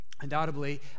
Undoubtedly